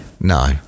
No